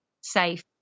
safe